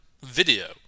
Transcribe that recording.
video